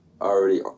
already